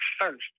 first